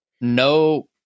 no